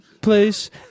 place